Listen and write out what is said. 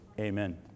Amen